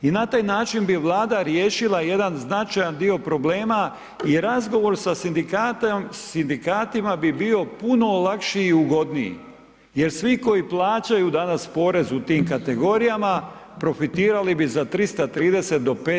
I na taj način bi Vlada riješila jedan značajan dio problema i razgovor sa sindikatima bi bio puno lakši i ugodniji jer svi koji plaćaju danas porez u tim kategorijama profitirali bi za 330 do 500 kuna.